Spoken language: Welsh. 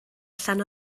allan